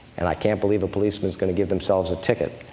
and i can't believe a policeman is going to give themselves a ticket.